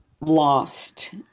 lost